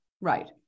right